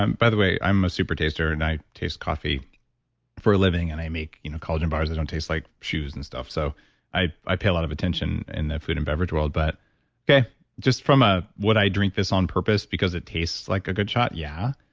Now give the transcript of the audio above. by the way, i'm a super taster, and i taste coffee for a living. and i make you know collagen bars that don't taste like shoes and stuff. so i i pay a lot of attention in the food and beverage world, but just from a would i drink this on purpose because it tastes like a good shot? yeah.